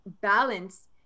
balance